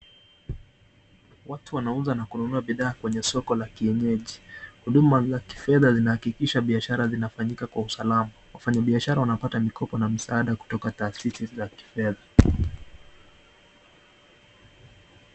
Watu wanauza na kununua bidhaa kwenye soko la kienyeji. Huduma za kifedha zinahakikisha biashara zinafanyika kwa usalama. Wafanyabiashara wanapata mikopo na msaada kutoka taasisi za kifedha.